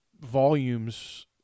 volumes